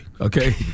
Okay